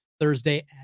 thursday